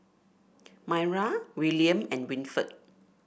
Maira William and Winford